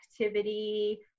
activity